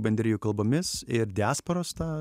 bendrijų kalbomis ir diasporos tą